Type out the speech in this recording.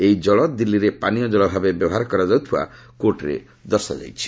ଏହି ଜଳ ଦିଲ୍ଲୀରେ ପାନୀୟ ଜଳ ଭାବେ ବ୍ୟବହାର କରାଯାଉଥିବା କୋର୍ଟରେ ଦର୍ଶାଯାଇଛି